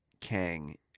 Kang